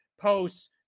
posts